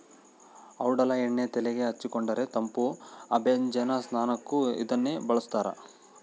ಔಡಲ ಎಣ್ಣೆ ತೆಲೆಗೆ ಹಚ್ಚಿಕೊಂಡರೆ ತಂಪು ಅಭ್ಯಂಜನ ಸ್ನಾನಕ್ಕೂ ಇದನ್ನೇ ಬಳಸ್ತಾರ